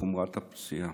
בחומרת הפציעה.